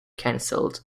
cancelled